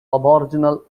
aboriginal